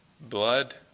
blood